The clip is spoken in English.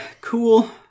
cool